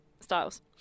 Styles